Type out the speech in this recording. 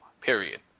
period